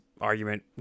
argument